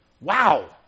wow